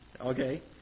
Okay